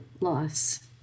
loss